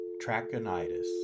Trachonitis